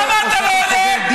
למה אתה לא עונה?